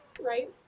right